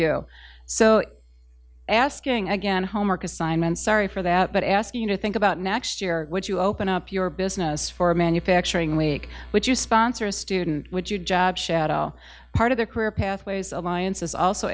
you so asking again homework assignments sorry for that but ask you know think about next year would you open up your business for manufacturing week which you sponsor a student would you job shadow part of their career pathways alliance is also